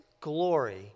glory